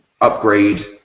upgrade